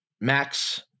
Max